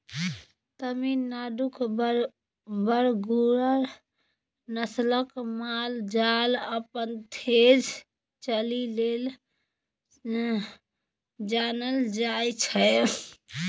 तमिलनाडुक बरगुर नस्लक माल जाल अपन तेज चालि लेल जानल जाइ छै